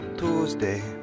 tuesday